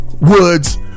Woods